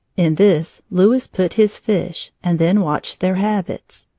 in this louis put his fish and then watched their habits.